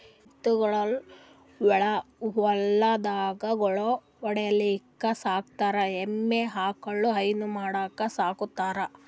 ಎತ್ತ್ ಗೊಳ್ ಹೊಲ್ದಾಗ್ ಗಳ್ಯಾ ಹೊಡಿಲಿಕ್ಕ್ ಸಾಕೋತಾರ್ ಎಮ್ಮಿ ಆಕಳ್ ಹೈನಾ ಮಾಡಕ್ಕ್ ಸಾಕೋತಾರ್